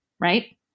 right